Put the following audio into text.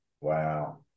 Wow